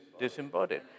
disembodied